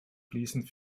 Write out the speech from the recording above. fliesen